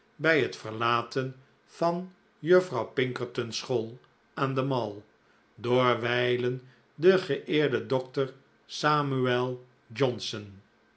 bij het verlaten van juffrouw pinkerton's school aan de mall door wijlen den geeerden dokter samuel johnson